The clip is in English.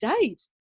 date